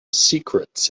secrets